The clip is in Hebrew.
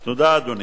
תודה, אדוני.